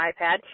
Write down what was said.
iPad